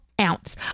ounce